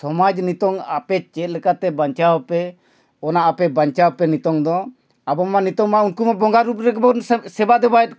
ᱥᱚᱢᱟᱡᱽ ᱱᱤᱛᱳᱜ ᱟᱯᱮ ᱪᱮᱫ ᱞᱮᱠᱟᱛᱮ ᱵᱟᱧᱪᱟᱣᱟᱯᱮ ᱚᱱᱟ ᱟᱯᱮ ᱵᱟᱧᱪᱟᱣᱯᱮ ᱱᱤᱛᱳᱜ ᱫᱚ ᱟᱵᱚ ᱢᱟ ᱱᱤᱛᱳᱜ ᱢᱟ ᱩᱱᱠᱩ ᱢᱟ ᱵᱚᱸᱜᱟ ᱨᱩᱯ ᱨᱮᱜᱮ ᱵᱚᱱ ᱥᱮᱵᱟ ᱫᱮᱵᱟᱭᱮᱫ ᱠᱚᱣᱟ